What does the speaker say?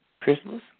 Christmas